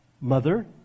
mother